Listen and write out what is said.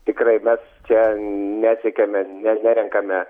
tikrai mes čia nesiekiame ne nerenkame